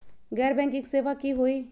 गैर बैंकिंग सेवा की होई?